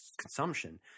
consumption